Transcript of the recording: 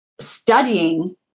studying